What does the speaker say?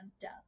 death